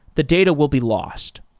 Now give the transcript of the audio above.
the data will be lost.